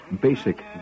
basic